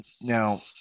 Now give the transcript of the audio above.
now